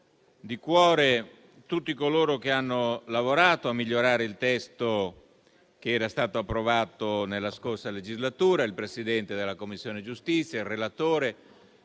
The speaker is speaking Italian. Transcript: di cuore tutti coloro che hanno lavorato per migliorare il testo che era stato approvato nella scorsa legislatura, il Presidente della Commissione giustizia, il relatore,